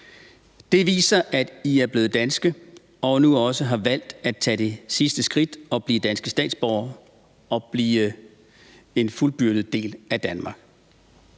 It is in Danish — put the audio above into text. Det viser, at I er blevet danske og nu også har valgt at tage det sidste skridt og blive danske statsborgere og blive en fuldbyrdet del af Danmark.